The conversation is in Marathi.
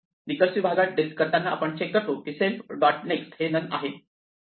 रीकर्सिव भागात डिलीट करताना आपण चेक करतो की सेल्फ डॉट नेक्स्ट हे नन आहे